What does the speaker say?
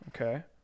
Okay